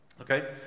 Okay